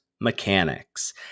mechanics